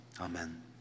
amen